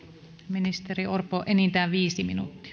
ministeri orpo enintään viisi minuuttia